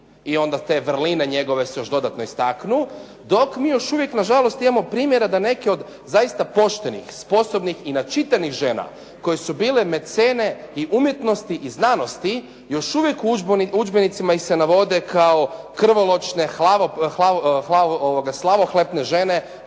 i onda te vrline njegove se još dodatno istaknu. Dok mi još uvijek na žalost imamo primjera da neki od zaista poštenih, sposobnih i načitanih žena koje su bile mecene i umjetnosti i znanosti, još uvijek u udžbenicima se ih navode kao krvoločne ... /Govornik se ne